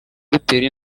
rutera